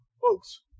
Folks